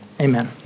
amen